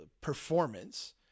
performance